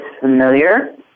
familiar